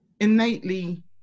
innately